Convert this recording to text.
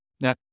Now